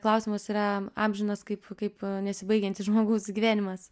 klausimas yra amžinas kaip kaip nesibaigiantis žmogaus gyvenimas